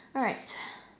alright